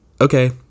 okay